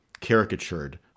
caricatured